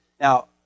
Now